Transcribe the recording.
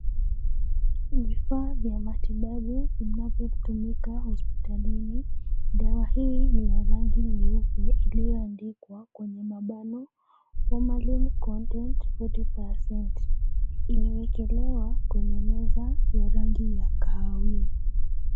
Ni vifaa vya matibabu vinavyo tumika hospitalini. Dawa hii ni ya rangi nyeupe iliyoandikwa(Formalin content 40%) imewekelewa kwenye meza ya rangi ya kahawia.